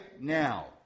now